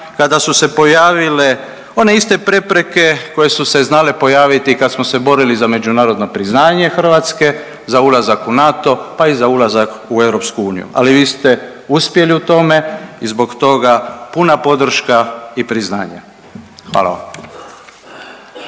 kada su se pojavile one iste prepreke koja su se znale pojaviti kad smo se borili za međunarodno priznanje Hrvatske, za ulazak u NATO, pa i za ulazak u EU. Ali vi ste uspjeli u tome i zbog toga puna podrška i priznanje. Hvala vam.